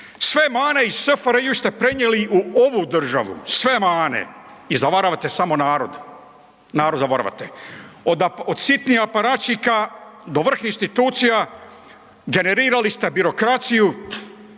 Sve mane iz SFRJ ste prenijeli u ovu državu, sve mane i zavaravate samo narod, narod zavaravate. Od sitnih aparatića do vrha institucija generirali ste birokraciju